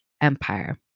empire